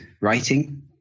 writing